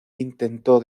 intentó